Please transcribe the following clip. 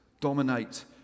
dominate